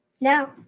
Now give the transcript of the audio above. No